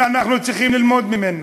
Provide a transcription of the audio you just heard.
אנחנו צריכים ללמוד ממנה.